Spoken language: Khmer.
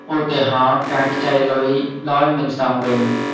ឧទាហរណ៍៍ ការខ្ចីលុយដោយមិនសងវិញ។